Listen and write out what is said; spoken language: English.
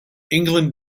england